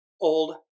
old